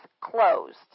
closed